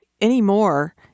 Anymore